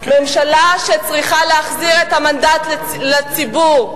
ממשלה שצריכה להחזיר את המנדט לציבור.